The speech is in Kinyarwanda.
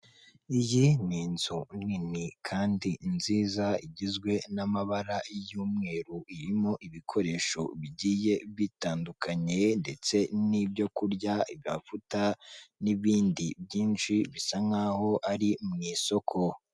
Iyi ni inzu nini kandi nziza igizwe n'amabara y'umweru; irimo ibikoresho bigiye bitandukanye ndetse n'ibyo kurya, amavuta n'ibindi byinshi bisa nk'aho ari mu isoko.